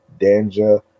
danja